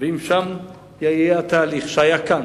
ואם שם יהיה התהליך שהיה כאן,